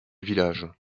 village